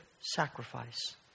Sacrifice